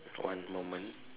one moment